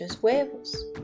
huevos